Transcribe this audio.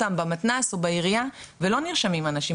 ההכשרות האלה במתנ"ס או בעירייה ולא נרשמים אנשים.